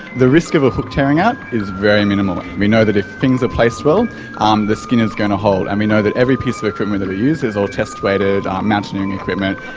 the risk of a hook tearing out is very minimal we know that if things are placed well um the skin is going to hold. and we know that every piece of equipment that we use is all test-weighted like um mountaineering equipment.